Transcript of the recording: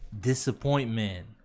Disappointment